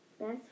best